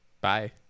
Bye